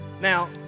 Now